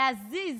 להזיז,